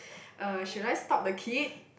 uh should I stop the kid